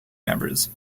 members